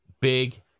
big